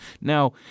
Now